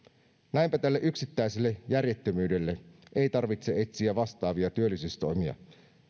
näinpä tälle yksittäiselle järjettömyydelle ei tarvitse etsiä vastaavia työllisyystoimia